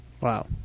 Wow